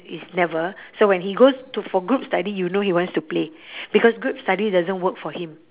it's never so when he goes to for group study you know he wants to play because group study doesn't work for him